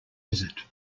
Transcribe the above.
visit